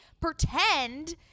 pretend